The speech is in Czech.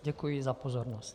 Děkuji za pozornost.